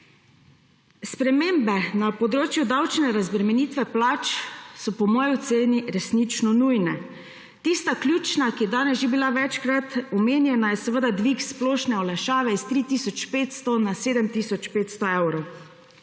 Spremembe na področju davčne razbremenitve plač so po moji oceni resnično nujne. Tista ključna, ki je danes že bila večkrat omenjena, je seveda dvig splošne olajšave s 3 tisoč 500 na